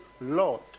Lord